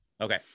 okay